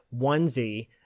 onesie